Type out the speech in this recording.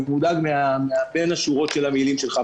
אני מודאג מבין השורות של המילים שלך.